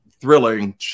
thrilling